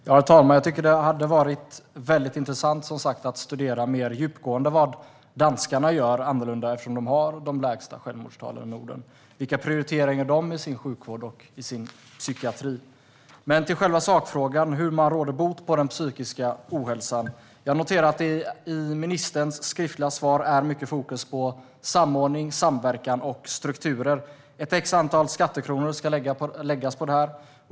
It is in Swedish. Herr talman! Jag tycker som sagt att det hade varit väldigt intressant att studera mer djupgående vad danskarna gör annorlunda, eftersom de har de lägsta självmordstalen i Norden. Vilka prioriteringar gör de i sin sjukvård och psykiatri? Men till själva sakfrågan: Hur råder man bot på den psykiska ohälsan? Jag noterar att det i ministerns skriftliga svar är mycket fokus på samordning, samverkan och strukturer. Ett visst antal skattekronor ska läggas på det här.